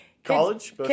College